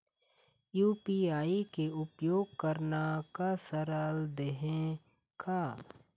UPI के उपयोग करना का सरल देहें का?